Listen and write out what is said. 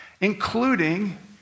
including